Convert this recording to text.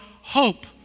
hope